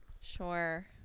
Sure